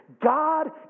God